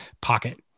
pocket